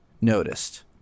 noticed